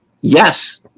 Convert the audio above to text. yes